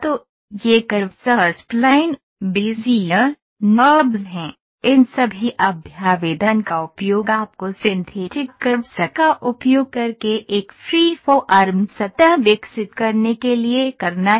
तो ये curves B spline Bezier NURBS हैं इन सभी अभ्यावेदन का उपयोग आपको सिंथेटिक कर्व्स का उपयोग करके एक फ़्रीफ़ॉर्म सतह विकसित करने के लिए करना है